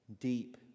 deep